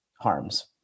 harms